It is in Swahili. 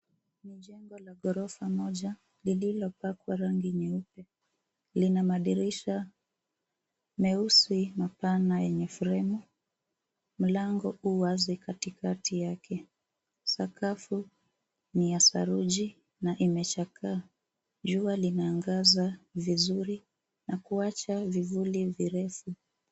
Ni jengo la gorofa moja lililo pakwa rangi nyeupe lina madirisha meusi mapana yenye fremu mlango uwazi katikati yake sakafu ni ya seruji na imechakaa jua lina angaza vizuri na kuacha vivuli virefu.